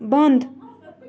بَنٛد